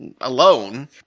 alone